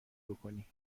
بکنی